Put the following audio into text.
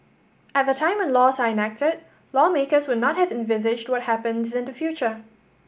at the time when laws are enacted lawmakers would not have envisaged to what happens in the future